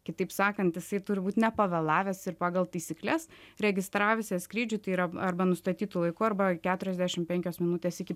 kitaip sakant jisai turi būt ne pavėlavęs ir pagal taisykles registravęsis skrydžiui tai yra arba nustatytu laiku arba keturiasdešim penkios minutės iki